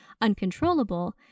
uncontrollable